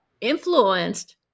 influenced